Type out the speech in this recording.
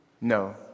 No